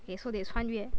yeah so they 穿越